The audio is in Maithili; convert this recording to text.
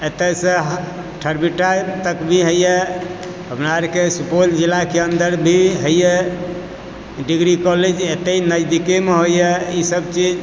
एतएसऽ थरबिट्टा तक भी हइए हमरा आरके सुपौल जिलाके अन्दर भी हइए डिग्री कॉलेज एतै नजदीकेमे होइए ई सब चीज